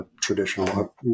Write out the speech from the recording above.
traditional